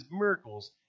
miracles